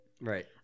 Right